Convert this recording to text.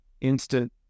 Instant